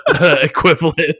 equivalent